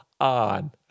on